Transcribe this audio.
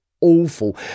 awful